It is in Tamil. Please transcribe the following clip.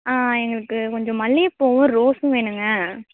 எங்களுக்கு கொஞ்சம் மல்லிகைப்பூவும் ரோஸும் வேணும்ங்க